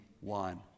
one